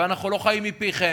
ואנחנו לא חיים מפיכם,